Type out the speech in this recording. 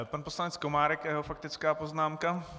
Pan poslanec Komárek a jeho faktická poznámka.